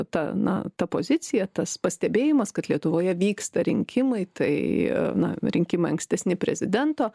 ta na ta pozicija tas pastebėjimas kad lietuvoje vyksta rinkimai tai na rinkimai ankstesni prezidento